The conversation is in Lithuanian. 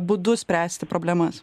būdu spręsti problemas